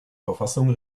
verfassung